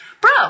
bro